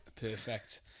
Perfect